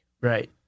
Right